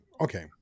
okay